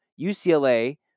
UCLA